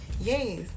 Yes